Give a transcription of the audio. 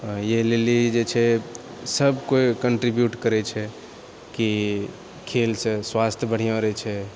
इएह लेली जे छै सबकोइ कन्ट्रीब्यूट करै छै कि खेलसँ स्वास्थ्य बढ़िआँ रहै छै